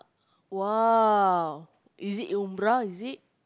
!wah! is it is it